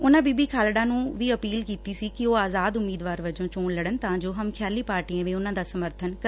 ਉਨੂਂ ਬੀਬੀ ਖਾਲਤਾ ਨੂੰ ਅਪੀਲ ਵੀ ਕੀਤੀ ਸੀ ਕਿ ਉਹ ਆਜ਼ਾਦ ਉਮੀਦਵਾਰ ਵਜੋਂ ਚੋਣ ਲਤਨ ਤਾਂ ਜੋ ਹਮਖਿਆਲੀ ਪਾਰਟੀਆਂ ਵੀ ਉਨੂਾ ਦਾ ਸਮਰਥਨ ਕਰਨ